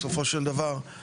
בסופו של דבר,